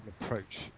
approach